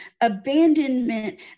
abandonment